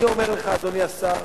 אני אומר לך, אדוני השר: